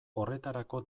horretarako